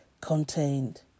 contained